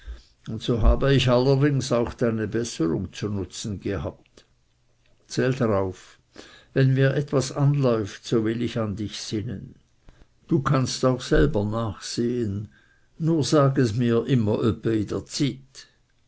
so habe ich allerdings auch deine besserung zu nutzen gehabt zähl darauf wenn mir etwas anläuft so will ich an dich sinnen du kannst selber auch nachsehen nur sag es mir immer öppe